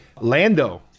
Lando